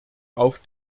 auf